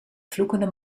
vloekende